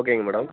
ஓகேங்க மேடம்